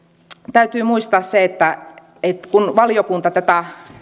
täytyy muistaa se että että kun valiokunta tätä